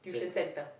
centre